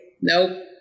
Nope